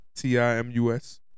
T-I-M-U-S